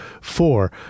four